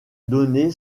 donné